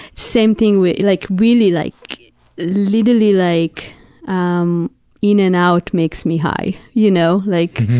same thing with, like really, like literally like um in-n-out makes me high, you know. like